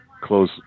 close